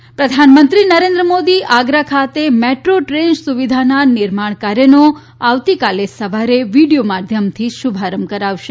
આગ્રા પ્રધાનમંત્રી નરેન્દ્ર મોદી આગ્રા ખાતે metro train સુવિધાના નિર્માણ કાર્યનો આવતીકાલ સવારે સાડા અગીયાર વાગે વીડીયો માધ્યમથી શુભારંભ કરાવશે